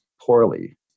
poorly